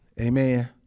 Amen